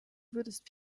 würdest